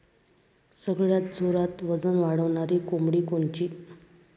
सगळ्यात जोरात वजन वाढणारी कोंबडी कोनची?